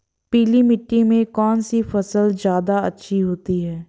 पीली मिट्टी में कौन सी फसल ज्यादा अच्छी होती है?